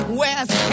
west